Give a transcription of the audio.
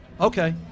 Okay